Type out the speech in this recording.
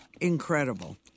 incredible